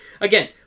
again